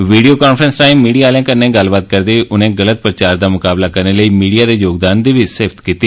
विडियों conference राहें media आहलें कन्नै गल्लबात करदे होई उनें गलत प्रचार दा मकाबला करने लेई मीडिया दे योगदान दी बी सिफ्त कीती